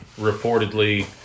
reportedly